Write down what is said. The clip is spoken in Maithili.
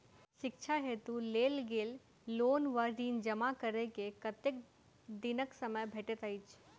शिक्षा हेतु लेल गेल लोन वा ऋण जमा करै केँ कतेक दिनक समय भेटैत अछि?